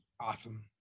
awesome